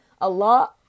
Allah